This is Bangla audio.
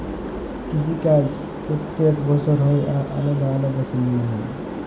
কিসি কাজ প্যত্তেক বসর হ্যয় আর আলেদা আলেদা সময়ে হ্যয়